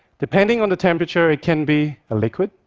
depending on the temperature, it can be a liquid,